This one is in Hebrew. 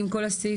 עם כל הסעיפים?